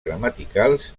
gramaticals